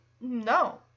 no